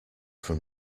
from